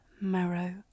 Marrow